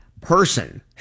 person